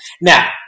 Now